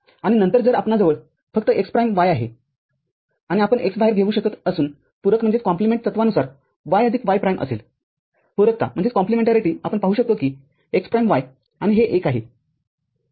आणि नंतर जर आपणाजवळ फक्त x प्राईमy आहेआणि आपण x बाहेर घेऊ शकत असून पूरकतत्त्वापासून y आदिक y प्राईमअसेल पूरकताआपण पाहू शकतो कि x प्राईम y आणि हे १ आहे